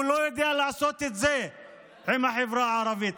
הוא לא יודע לעשות את זה עם החברה הערבית,